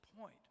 point